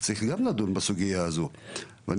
אז זו גם סוגייה שצריך לדון בה.